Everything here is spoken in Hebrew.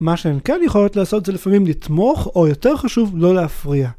מה שהן כן יכולות לעשות זה לפעמים לתמוך, או יותר חשוב, לא להפריע.